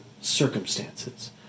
circumstances